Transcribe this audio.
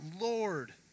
Lord